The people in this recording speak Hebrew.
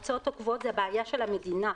ההוצאות הקבועות זה הבעיה של המדינה.